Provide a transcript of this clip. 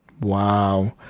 Wow